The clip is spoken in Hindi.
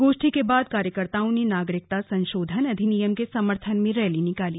गोष्ठी के बाद कार्यकर्ताओं ने नागरिकता संशोधन अधिनियम के समर्थन में रैली निकाली